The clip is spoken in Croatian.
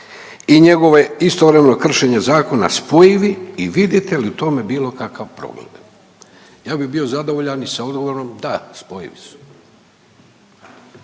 i njegovo istovremeno kršenje zakona spojivi i vidite li u tome bilo kakav problem? Ja bi bio zadovoljan i sa odgovorom da, spojivi su.